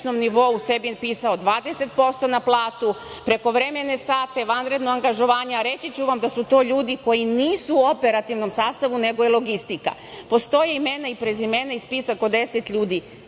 sebi pisao 20% na platu, prekovremene sate, vanredno angažovanje. Reći ću vam da su to ljudi koji nisu u operativnom sastavu, nego je logistika. Postoje imena i prezimena i spisak od 10 ljudi.